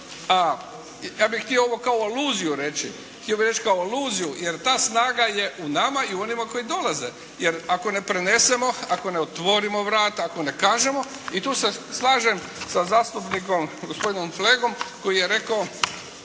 htio bih reći kao oluziju jer ta snaga je u nama i u onima koji dolaze, jer ako ne prenesemo, ako ne otvorimo vrata, ako ne kažemo i tu se slažem sa zastupnikom, gospodinom Flegom koji je rekao